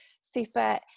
super